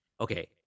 Okay